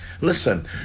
Listen